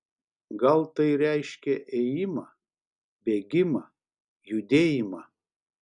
gal tai reiškia ėjimą bėgimą judėjimą